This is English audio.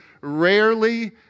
rarely